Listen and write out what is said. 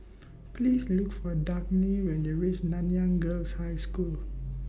Please Look For Dagny when YOU REACH Nanyang Girls' High School